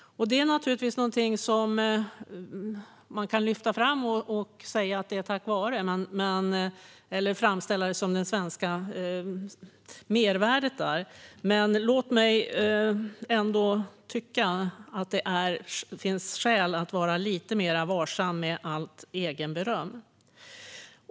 Man kan naturligtvis lyfta fram frågan och säga att den har hanterats tack vare Sverige eller framställa den som det svenska mervärdet, men låt mig ändå tycka att det finns skäl att vara lite mer varsam med allt självberöm.